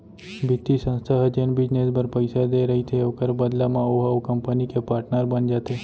बित्तीय संस्था ह जेन बिजनेस बर पइसा देय रहिथे ओखर बदला म ओहा ओ कंपनी के पाटनर बन जाथे